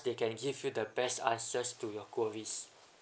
they can give you the best answers to your queries